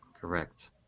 Correct